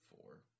Four